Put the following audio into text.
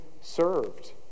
served